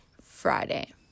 Friday